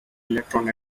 electron